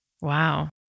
Wow